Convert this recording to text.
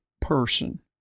person